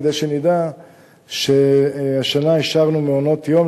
כדי שנדע שהשנה אישרנו מעונות יום,